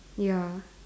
ya